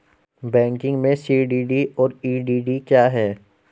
Banking में CDD और EDD क्या हैं?